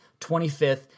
25th